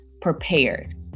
prepared